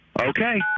Okay